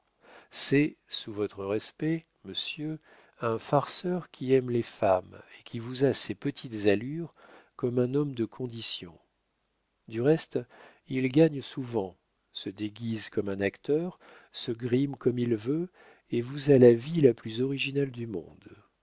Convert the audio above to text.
c'est sous votre respect monsieur un farceur qui aime les femmes et qui vous a ses petites allures comme un homme de condition du reste il gagne souvent se déguise comme un acteur se grime comme il veut et vous a la vie la plus originale du monde